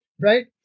Right